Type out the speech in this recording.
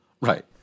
right